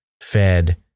fed